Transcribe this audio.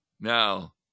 Now